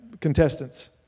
contestants